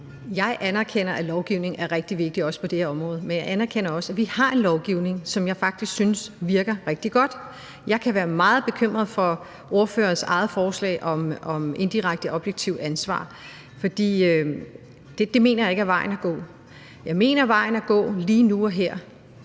Jeg anerkender, at lovgivning er rigtig vigtig, også på det her område, men jeg anerkender også, at vi har en lovgivning, som jeg faktisk synes virker rigtig godt. Jeg kan være meget bekymret for ordførerens eget forslag om indirekte objektivt ansvar, for det mener jeg ikke er vejen at gå. Jeg mener, at vejen at gå lige nu og her